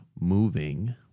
moving